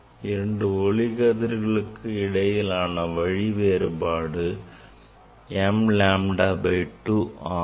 இரண்டு ஒளிக்கதிர்களுக்கு இடையிலான வழி மாறுபாடு m lambda by 2 ஆகும்